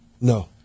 No